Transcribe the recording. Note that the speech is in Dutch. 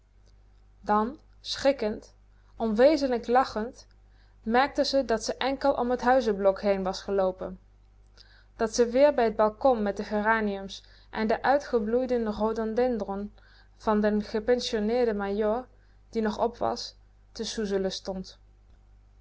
dan schrikkend onwezenlijk lachend merkte ze dat ze enkel om t huizenblok heen was geloopen dat ze weer bij t balkon met de geraniums en den uitgebloeiden rhododendron van den gepensioneerden majoor die nog op was te soezelen stond